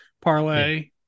parlay